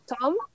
Tom